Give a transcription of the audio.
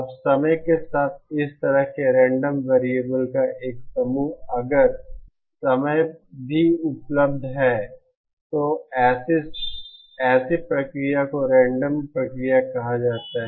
अब समय के साथ इस तरह के रेंडम वेरिएबल का एक समूह अगर समय भी अब उपलब्ध है तो ऐसी प्रक्रिया को रेंडम प्रक्रिया कहा जाता है